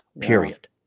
period